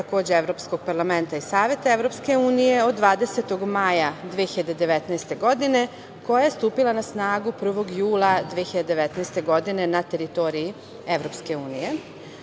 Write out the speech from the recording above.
takođe Evropskog parlamenta i Saveta EU od 20. maja 2019. godine, koja je stupila na snagu 1. jula 2019. godine na teritoriji EU.Odredbama